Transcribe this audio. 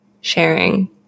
sharing